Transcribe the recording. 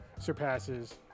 surpasses